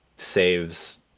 saves